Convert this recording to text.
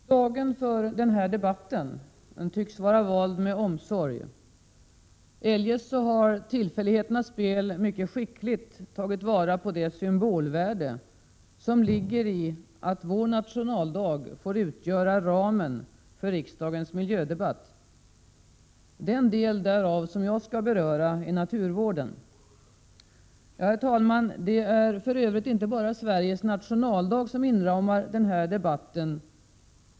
Herr talman! Dagen för denna debatt tycks vara vald med omsorg, eljest har tillfälligheternas spel mycket skickligt tagit vara på det symbolvärde som ligger i att vår nationaldag får utgöra ramen för riksdagens miljödebatt. Den del därav som jag skall beröra är naturvården. Herr talman! Det är för övrigt inte bara Sveriges nationaldag som inramar den här debatten.